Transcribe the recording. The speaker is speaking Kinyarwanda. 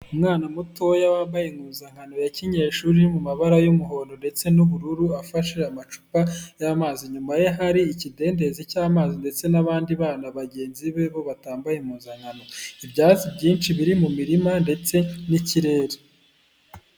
Umwana mutoya wambaye impuzankano ya kinyeshuri iri mu mabara y'umuhondo ndetse n'ubururu, afashe amacupa y'amazi, inyuma ye hari ikidendezi cy'amazi ndetse n'abandi bana bagenzi be bo batambaye impuzankano, ibyatsi byinshi biri mu mirima ndetse n'ikirere.